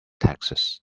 taxes